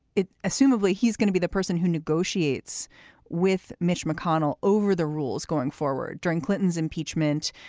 it assumably he's gonna be the person who negotiates with mitch mcconnell over the rules going forward during clinton's impeachment.